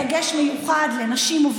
לא אצל האופוזיציה,